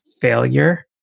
failure